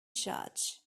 judge